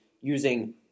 using